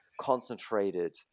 concentrated